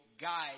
guide